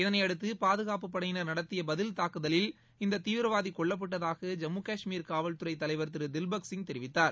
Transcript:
இதனையடுத்து பாதுகாப்பப் படையினர் நடத்திய பதில் தாக்குதலில் இந்தத் தீவிரவாதி கொல்லப்பட்டதாக ஜம்மு காஷ்மீர் காவல்துறை தலைவர் திரு தில்பக் சிங் தெரிவித்தார்